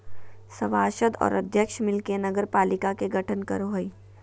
सभासद और अध्यक्ष मिल के नगरपालिका के गठन करो हइ